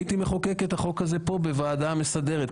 הייתי מחוקק את החוק הזה פה בוועדה המסדרת,